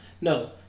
No